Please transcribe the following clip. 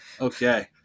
Okay